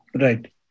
Right